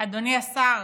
אדוני השר,